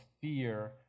fear